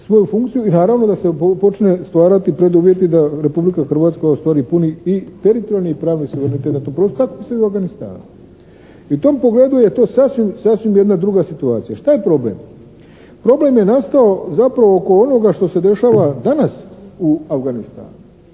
i naravno da se počnu stvarati preduvjeti da Republika Hrvatska ostvari puni i teritorijalni i pravni suverenitet na tom prostoru. Tako se i u Afganistanu. I u tom pogledu je to sasvim jedna druga situacija. Šta je problem? Problem je nastao zapravo oko onoga što se dešava danas u Afganistanu.